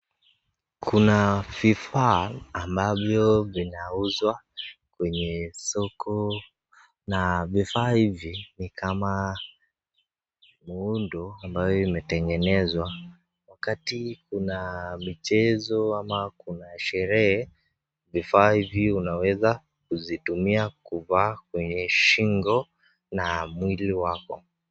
Kuna vifaa ambavyo vinauzwa kwenye soko. Na vifaa hivi, ni kama muundu ambao imetengenezwa, wakati kuna michezo ama kuna sherehe, vifaa hivi unaezavitumia kuvaa kwenye shingo, na mwili wako.